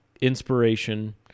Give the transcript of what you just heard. inspiration